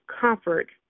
comfort